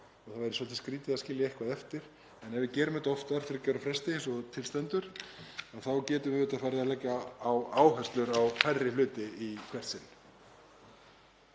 og það væri svolítið skrýtið að skilja eitthvað eftir. En ef við gerum þetta oftar og á þriggja ára fresti eins og til stendur þá getum við auðvitað farið í að leggja áherslu á færri hluti í hvert sinn.